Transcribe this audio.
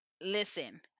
listen